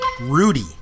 Rudy